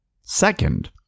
Second